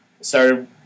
started